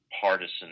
partisan